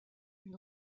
une